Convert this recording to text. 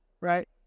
Right